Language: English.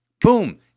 boom